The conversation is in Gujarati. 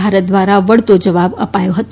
ભારત દ્વારા વળતો જવાબ અપાયો હતો